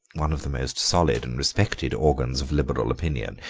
one of the most solid and respected organs of liberal opinion,